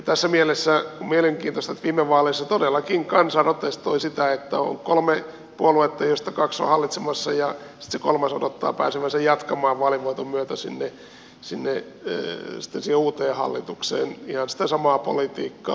tässä mielessä on mielenkiintoista että viime vaaleissa todellakin kansa protestoi sitä että on kolme puoluetta joista kaksi on hallitsemassa ja sitten se kolmas odottaa pääsevänsä jatkamaan vaalivoiton myötä sinne uuteen hallitukseen ihan sitä samaa politiikkaa